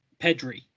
Pedri